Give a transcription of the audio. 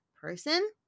person